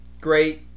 Great